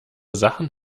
sachen